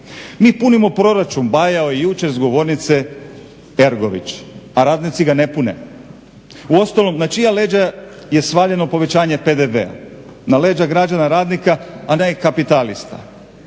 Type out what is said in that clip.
Mi punimo proračun bajao je jučer s govornice Ergović, a radnici ga ne pune. Uostalom na čija leđa je svaljeno povećanje PDV-a? Na leđa građana radnika a ne kapitalista.